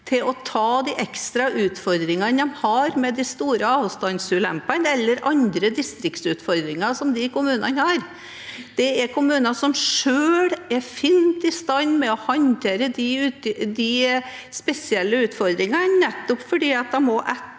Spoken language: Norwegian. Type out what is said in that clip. til å ta de ekstra utfordringene de har med de store avstandsulempene eller andre distriktsutfordringer, er kommuner som selv blir fint i stand til å håndtere de spesielle utfordringene, nettopp fordi de etter